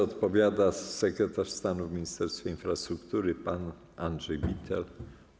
Odpowiada sekretarz stanu w Ministerstwie Infrastruktury pan Andrzej Bittel.